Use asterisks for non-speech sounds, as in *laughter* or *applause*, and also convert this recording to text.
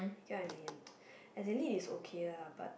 you get what I mean *noise* as in lit is okay lah but